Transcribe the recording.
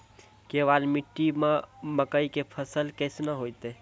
केवाल मिट्टी मे मकई के फ़सल कैसनौ होईतै?